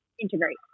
integrate